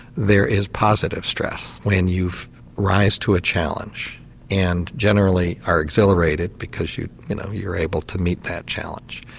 there is positive stress when you rise to a challenge and generally are exhilarated because you you know you are able to meet that challenge.